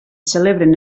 celebren